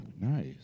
Nice